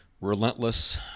Relentless